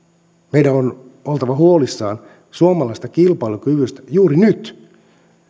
meidän on oltava huolissamme suomalaisesta kilpailukyvystä juuri nyt